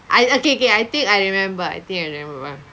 I okay okay I think I remember I think I remember